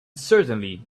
certainly